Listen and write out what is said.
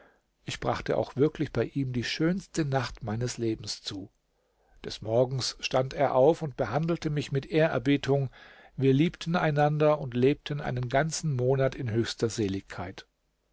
ich brachte auch wirklich bei ihm die schönste nacht meines lebens zu des morgens stand er auf und behandelte mich mit ehrerbietung wir liebten einander und lebten einen ganzen monat in höchster seligkeit